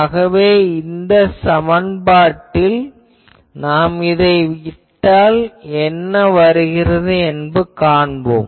ஆகவே இதை நாம் அந்த சமன்பாட்டில் இட்டால் என்ன வருகிறது பார்க்கலாம்